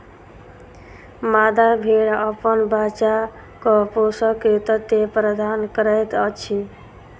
मादा भेड़ अपन बच्चाक पोषक तत्व प्रदान करैत अछि